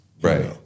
Right